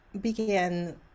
began